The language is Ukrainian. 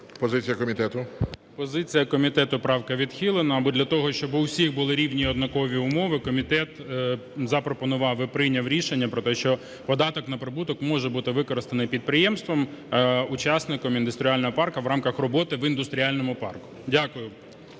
Позиція комітету – правка відхилена. Бо для того, щоб у всіх були рівні, однакові умови, комітет запропонував і прийняв рішення про те, що податок на прибуток може бути використаний підприємством-учасником індустріального парку в рамках роботи в індустріальному парку. Дякую.